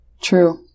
True